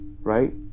right